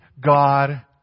God